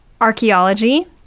archaeology